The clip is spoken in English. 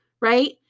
right